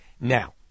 Now